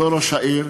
אותו ראש העיר